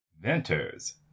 Venters